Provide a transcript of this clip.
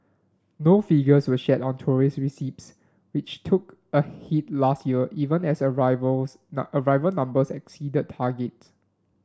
no figures were shared on tourism receipts which took a hit last year even as arrivals arrival numbers exceeded targets